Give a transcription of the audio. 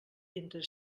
entre